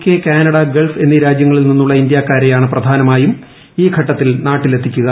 K Canada Gulf എന്നീ രാജ്യങ്ങളിൽ നിന്നുളള ഇന്ത്യാക്കാരെയാണ് പ്രധാനമായും ഈ ഘട്ടത്തിൽ നാട്ടിലെത്തിക്കുക